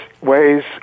ways